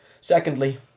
Secondly